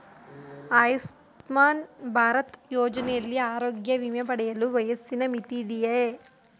ಆಯುಷ್ಮಾನ್ ಭಾರತ್ ಯೋಜನೆಯಲ್ಲಿ ಆರೋಗ್ಯ ವಿಮೆ ಪಡೆಯಲು ವಯಸ್ಸಿನ ಮಿತಿ ಇದೆಯಾ?